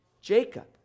Jacob